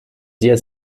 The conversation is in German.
sehr